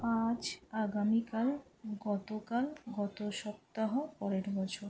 আজ আগামীকাল গতকাল গত সপ্তাহ পরের বছর